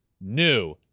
new